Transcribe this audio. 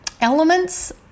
elements